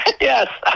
yes